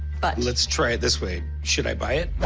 but let's try it this way. should i buy it?